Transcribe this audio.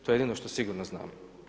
To je jedino što sigurno znamo.